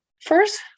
First